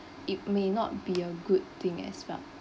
it may not be a good thing as well